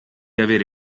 avere